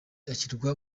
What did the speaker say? ashyirwa